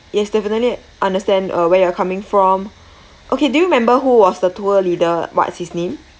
yes definitely understand uh where you're coming from okay do you remember who was the tour leader what's his name